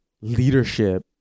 leadership